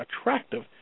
attractive